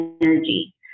energy